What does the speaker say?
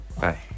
bye